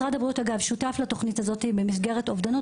משרד הבריאות שותף לתוכנית הזו במסגרת אובדנות.